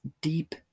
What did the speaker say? deep